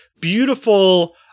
beautiful